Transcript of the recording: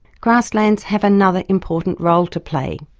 grasslands have another important role to play,